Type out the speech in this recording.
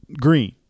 green